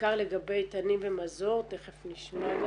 בעיקר לגבי איתנים ומזור, תיכף נשמע.